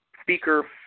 speaker